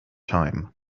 time